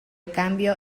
cambio